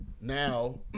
now